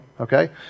okay